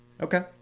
Okay